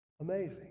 Amazing